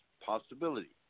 possibility